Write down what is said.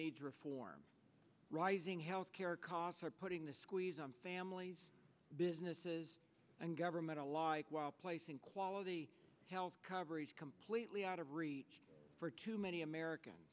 needs reform rising health care costs are putting the squeeze on families businesses and government ally while placing quality health coverage completely out of reach for too many americans